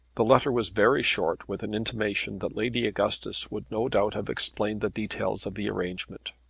the letter was very short with an intimation that lady augustus would no doubt have explained the details of the arrangement.